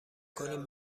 کنیم